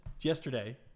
yesterday